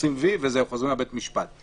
עושים "וי" וחוזרים לבית המשפט.